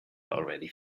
already